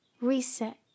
reset